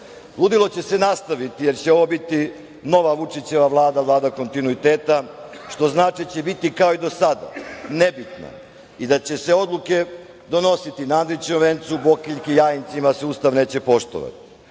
će se nastaviti, jer će ovo biti nova Vučićeva Vlada, Vlada kontinuiteta, što znači da će biti kao i do sada, nebitna, i da će se odluke donositi na Andrićevom Vencu, Bokeljki, Jajincima, da se Ustav neće poštovati. Koliko